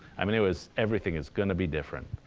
i mean, it was everything is going to be different.